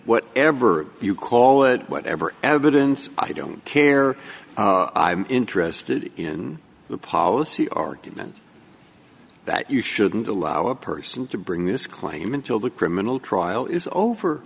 what ever you call it whatever evidence i don't care i'm interested in the policy argument that you shouldn't allow a person to bring this claim until the criminal trial is over